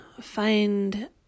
find